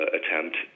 attempt